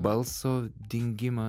balso dingima